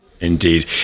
Indeed